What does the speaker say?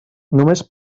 només